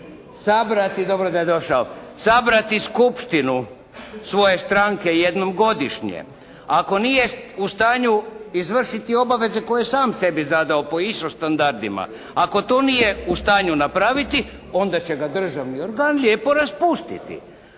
sabrati skupštinu svoje stranke jednom godišnje, ako nije u stanju izvršiti obaveze koje je sam sebi zadao po istim standardima, ako to nije u stanju napraviti onda će ga državni organ lijepo raspustiti.